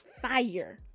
fire